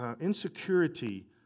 insecurity